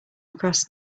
across